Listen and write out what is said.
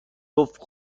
گفت